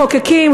מחוקקים,